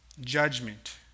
judgment